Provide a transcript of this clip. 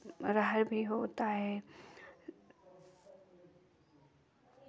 अरहर भी होता है